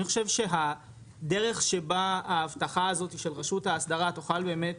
אני חושב שהדרך שבה ההבטחה הזאת של רשות האסדרה תוכל באמת